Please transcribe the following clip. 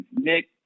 Nick